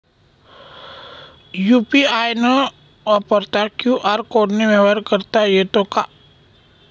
UPI न वापरता QR कोडने व्यवहार करता येतो का?